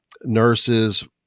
nurses